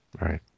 Right